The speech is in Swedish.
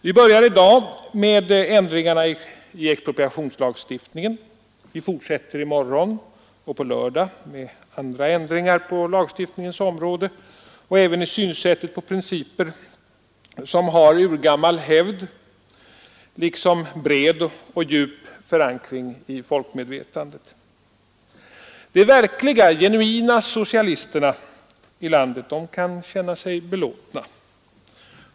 Vi börjar i dag med ändringarna i expropriationslagstiftningen, vi fortsätter i morgon och på lördag med andra ändringar på lagstiftningens område och även i synsätt och principer som har urgammal hävd liksom bred och djup förankring i folkmedvetandet. De verkligt genuina socialisterna i landet kan känna sig belåtna.